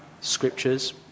scriptures